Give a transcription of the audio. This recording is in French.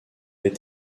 est